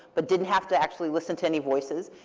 but didn't have to actually listen to any voices.